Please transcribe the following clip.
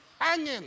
hanging